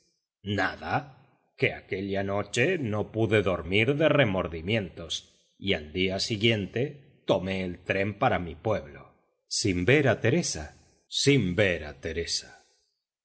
nada que aquella noche no pude dormir de remordimientos y al día siguiente tomé el tren para mi pueblo sin ver a teresa sin ver a teresa